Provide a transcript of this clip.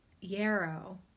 Yarrow